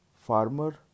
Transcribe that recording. farmer